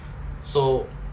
so